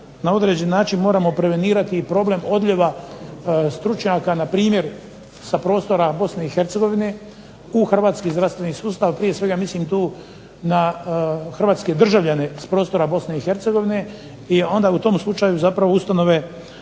na određeni način moramo prevenirati i problem odljeva stručnjaka, npr. sa prostora Bosne i Hercegovine u hrvatski zdravstveni sustav, prije svega mislim tu na hrvatske državljane s prostora Bosne i Hercegovine, i onda u tom slučaju zapravo ustanove